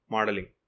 Modeling